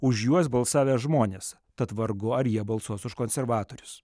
už juos balsavę žmonės tad vargu ar jie balsuos už konservatorius